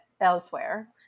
elsewhere